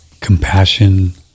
Compassion